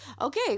Okay